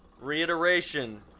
Reiteration